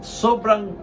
sobrang